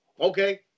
okay